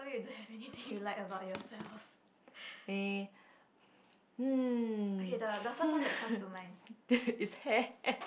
eh okay mm it's hair